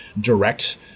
direct